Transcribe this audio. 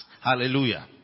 hallelujah